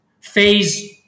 phase